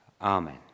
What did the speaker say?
Amen